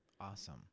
Awesome